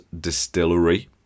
distillery